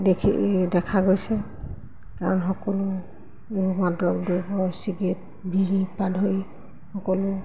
দেখি দেখা গৈছে কাৰণ সকলো মাদক দ্ৰব্য চিগেট বিৰিৰপৰা ধৰি সকলো